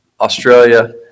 Australia